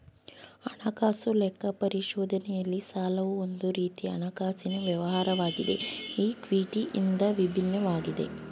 ಹಣಕಾಸು ಲೆಕ್ಕ ಪರಿಶೋಧನೆಯಲ್ಲಿ ಸಾಲವು ಒಂದು ರೀತಿಯ ಹಣಕಾಸಿನ ವ್ಯವಹಾರವಾಗಿದೆ ಈ ಕ್ವಿಟಿ ಇಂದ ವಿಭಿನ್ನವಾಗಿದೆ